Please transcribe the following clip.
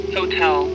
Hotel